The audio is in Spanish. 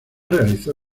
realizó